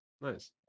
Nice